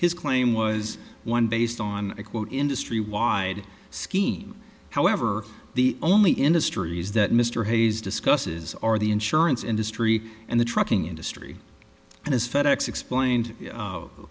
his claim was one based on a quote industry wide scheme however the only industries that mr hayes discusses are the insurance industry and the trucking industry and is fed ex explained